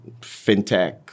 fintech